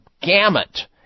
gamut